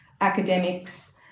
academics